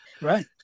right